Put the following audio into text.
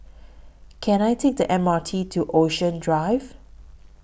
Can I Take The M R T to Ocean Drive